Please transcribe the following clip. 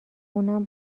اونم